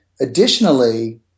Additionally